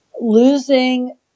losing